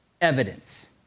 evidence